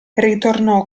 ritornò